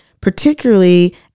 particularly